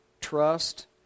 trust